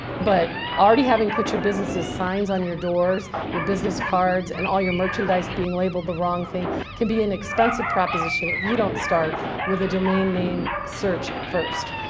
but already having put your business's signs on your doors, your business cards, and all your merchandise being labeled the wrong thing can be an expensive proposition proposition if you don't start with a domain name search first.